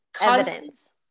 Evidence